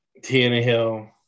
Tannehill